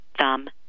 thumb